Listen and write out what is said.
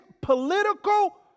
political